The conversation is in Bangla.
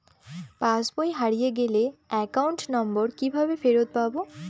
পাসবই হারিয়ে গেলে অ্যাকাউন্ট নম্বর কিভাবে ফেরত পাব?